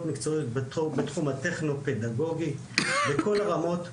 מקצועיות בתחום הטכנו פדגוגי בכל הרמות.